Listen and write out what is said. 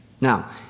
Now